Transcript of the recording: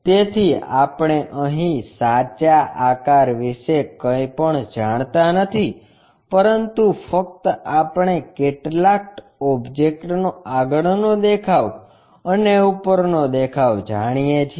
તેથી આપણે અહીં સાચા આકાર વિશે કંઈપણ જાણતા નથી પરંતુ ફક્ત આપણે કેટલાક ઓબ્જેક્ટનો આગળનો દેખાવ અને ઉપરનો દેખાવ જાણીએ છીએ